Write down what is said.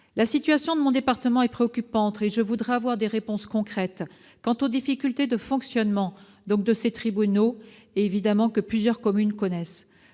La situation de mon département est préoccupante. Je voudrais avoir des réponses concrètes quant aux difficultés de fonctionnement de ses tribunaux, difficultés qui concernent plusieurs communes. Comment